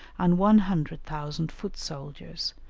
and one hundred thousand foot-soldiers,